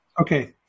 Okay